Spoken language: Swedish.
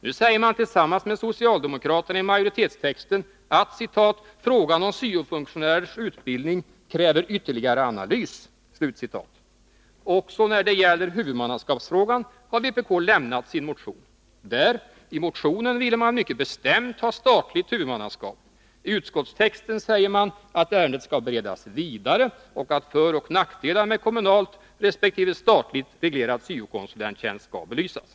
Nu säger man tillsammans med socialdemokraterna i majoritetstexten: ”Frågan om syo-funktionärers utbildning —-- kräver ytterligare analys.” Också när det gäller huvudmannaskapsfrågan har vpk lämnat sin motion. Där, i motionen, ville man mycket bestämt ha statligt huvudmannaskap. I utskottstexten säger man att ärendet skall beredas vidare och att föroch nackdelar med kommunalt resp. statligt reglerad syo-konsulenttjänst skall belysas.